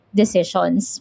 decisions